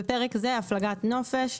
בפרק זה "הפלגת נופש"